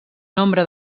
nombre